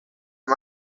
más